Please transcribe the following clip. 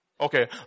Okay